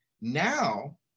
Now